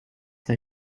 her